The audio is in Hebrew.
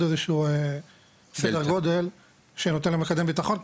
איזה סדר גודל שנותן לו גם מקדם ביטחון.